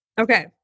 okay